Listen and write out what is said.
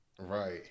Right